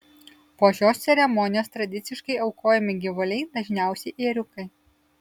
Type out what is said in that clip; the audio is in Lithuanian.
po šios ceremonijos tradiciškai aukojami gyvuliai dažniausiai ėriukai